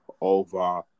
over